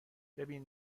ببین